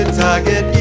target